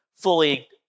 fully